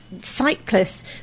cyclists